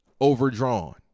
overdrawn